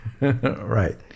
Right